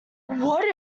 what